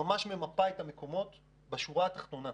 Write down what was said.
תוכנית שממש ממפה את המקומות בשורה התחתונה.